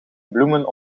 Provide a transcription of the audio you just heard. bloemen